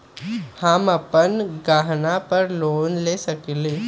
हम अपन गहना पर लोन ले सकील?